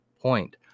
point